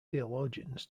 theologians